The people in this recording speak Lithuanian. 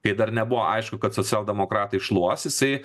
kai dar nebuvo aišku kad socialdemokratai šluos jisai